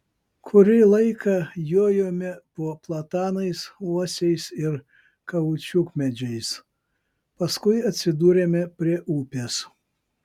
kurį laiką jojome po platanais uosiais ir kaučiukmedžiais paskui atsidūrėme prie upės